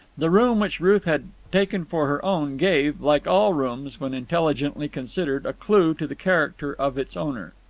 the room which ruth had taken for her own gave, like all rooms when intelligently considered, a clue to the character of its owner.